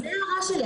זאת ההערה שלי,